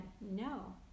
no